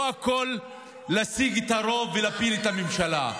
לא הכול להשיג את הרוב ולהפיל את הממשלה.